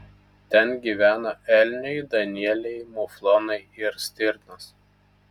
ten gyvena elniai danieliai muflonai ir stirnos